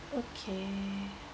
okay